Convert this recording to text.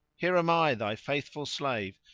here am i, thy faithful slave,